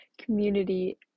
community